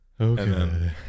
Okay